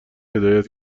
هدایت